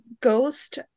ghost